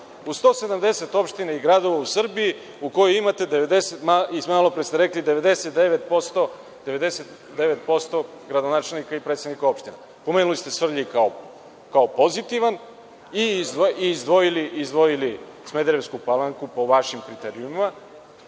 U 170 opština i gradova u Srbiji u kojoj imate, malopre ste rekli, 99% gradonačelnika i predsednika opština. Pomenuli ste Svrljig kao pozitivan i izdvojili Smederevsku Palanku, po vašim kriterijumima,